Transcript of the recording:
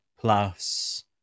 plus